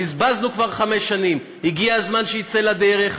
בזבזנו כבר חמש שנים, הגיע הזמן שיצא לדרך.